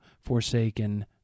forsaken